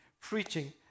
preaching